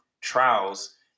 trials